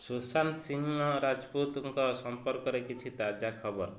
ସୁଶାନ୍ତ ସିଂହ ରାଜପୁତଙ୍କ ସମ୍ପର୍କରେ କିଛି ତାଜା ଖବର